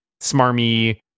smarmy